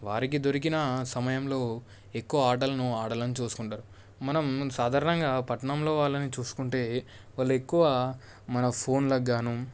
వారికి దొరికిన సమయంలో ఎక్కువ ఆటలను ఆడాలని చూసుకుంటారు మనం సాధారణంగా పట్నంలో వాళ్ళని చూసుకుంటే వాళ్ళు ఎక్కువ మన ఫోన్లకు గాను